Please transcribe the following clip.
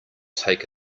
take